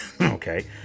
okay